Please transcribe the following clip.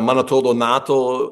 man atrodo nato